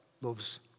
loves